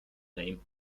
name